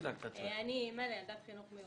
אני אימא לילדת חינוך מיוחד.